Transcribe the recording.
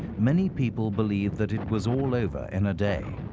many people believe that it was all over in a day.